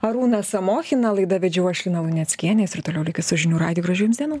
arūną samonchiną laidą vedžiau aš lina luneckienė jūs ir toliau likit su žinių radiju gražių jums dienų